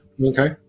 Okay